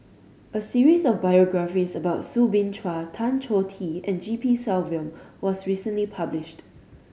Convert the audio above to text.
a series of biographies about Soo Bin Chua Tan Choh Tee and G P Selvam was recently published